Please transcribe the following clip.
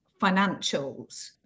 financials